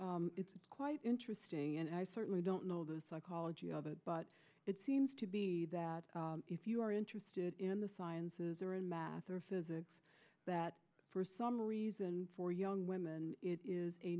quite interesting and i certainly don't know the psychology of it but it seems to be that if you are interested in the sciences or in math or physics that for some reason for young women it is a